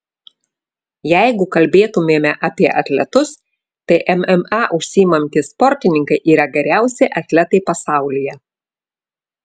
jeigu kalbėtumėme apie atletus tai mma užsiimantys sportininkai yra geriausi atletai pasaulyje